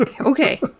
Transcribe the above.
Okay